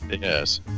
Yes